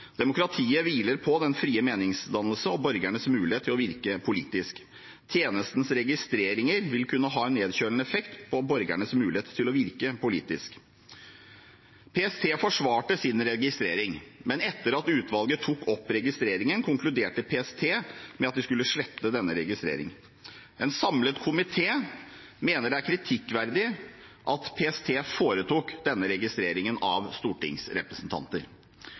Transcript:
Demokratiet hviler på den frie meningsdannelse og borgernes mulighet til å virke politisk. Tjenestens registreringer vil kunne ha en nedkjølende effekt på borgernes mulighet til å virke politisk. PST forsvarte sin registrering, men etter at utvalget tok opp registreringen, konkluderte PST med at de skulle slette denne registreringen. En samlet komité mener det er kritikkverdig at PST foretok denne registreringen av stortingsrepresentanter.